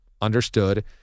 understood